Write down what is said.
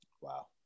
Wow